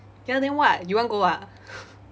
ya then what you want to go ah